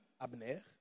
Abner